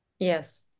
Yes